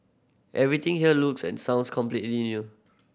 everything here looks and sounds completely new